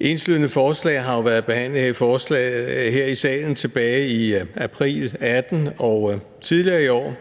Enslydende forslag har jo været behandlet her i salen tilbage i april 2018, og tidligere i år